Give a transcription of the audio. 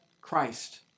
Christ